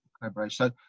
collaboration